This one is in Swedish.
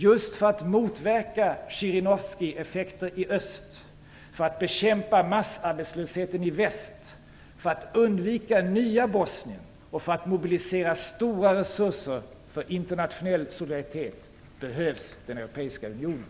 Just för att motverka Zjirinovskijeffekten i öst, för att bekämpa massarbetslösheten i väst, för att undvika nya Bosnienkonflikter och för att mobilisera stora resurser för internationell solidaritet behövs den europeiska unionen.